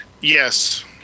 Yes